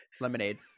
lemonade